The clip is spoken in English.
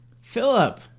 Philip